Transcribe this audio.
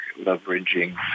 leveraging